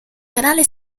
canale